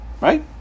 Right